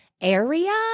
area